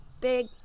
big